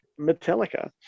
Metallica